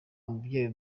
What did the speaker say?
mubyeyi